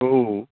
औ